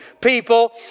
people